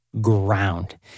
ground